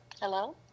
Hello